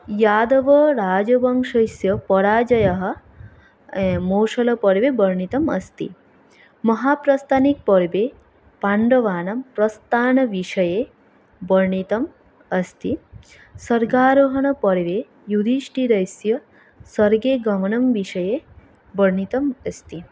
यादवराजवंशस्य पराजयः मौसलपर्वे वर्णितम् अस्ति महाप्रस्थानिकर्वे पाण्डवानां प्रस्थानविषये वर्णितम् अस्ति स्वर्गारोहणपर्वे युधिष्ठिरस्य स्वर्गगमनविषये वर्णितम् अस्ति